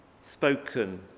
spoken